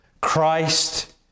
Christ